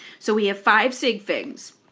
so we have five sigfigs.